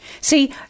See